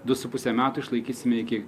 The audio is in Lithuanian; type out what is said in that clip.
du su puse metų išlaikysime iki